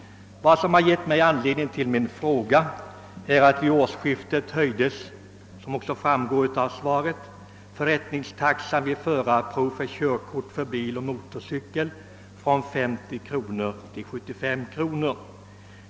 Vad som har givit mig anledning till min fråga är att förrättningstaxan för de ifrågavarande proven vid årsskiftet höjdes — vilket också framgår av svaret — från 50 till 75 kronor.